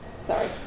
sorry